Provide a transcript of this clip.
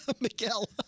Miguel